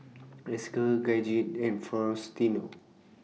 Esker Gidget and Faustino